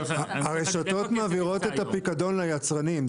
הרשתות מעבירות את הפיקדון ליצרנים.